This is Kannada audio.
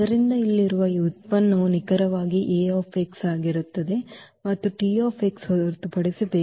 ಆದ್ದರಿಂದ ಇಲ್ಲಿರುವ ಈ ಉತ್ಪನ್ನವು ನಿಖರವಾಗಿ Ax ಆಗಿರುತ್ತದೆ ಅದು T ಹೊರತುಪಡಿಸಿ ಬೇರೇನೂ ಅಲ್ಲ